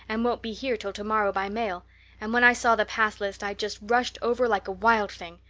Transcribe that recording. and won't be here till tomorrow by mail and when i saw the pass list i just rushed over like a wild thing.